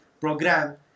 program